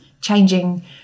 changing